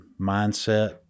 mindset